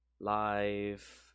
live